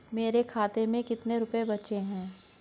मेरे खाते में कितने रुपये बचे हैं?